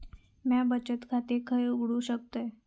म्या बचत खाते खय उघडू शकतय?